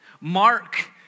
Mark